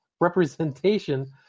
representation